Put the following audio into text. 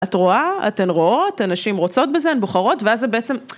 את רואה, אתן רואות, הנשים רוצות בזה, הן בוחרות, ואז זה בעצם...